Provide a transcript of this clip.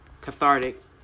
cathartic